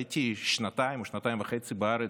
הייתי שנתיים או שנתיים וחצי בארץ,